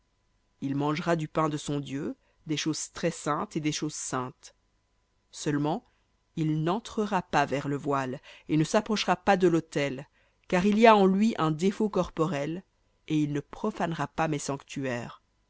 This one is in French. il mangera du pain de son dieu des choses très saintes et des choses saintes seulement il n'entrera pas vers le voile et ne s'approchera pas de l'autel car il y a en lui un défaut corporel et il ne profanera pas mes sanctuaires